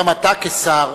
גם אתה כשר,